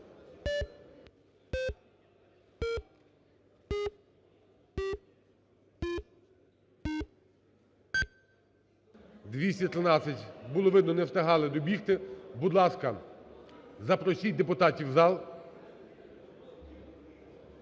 За-215 Було видно, не встигали добігти. Будь ласка, запросіть депутатів в зал.